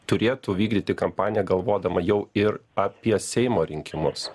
turėtų vykdyti kampaniją galvodama jau ir apie seimo rinkimus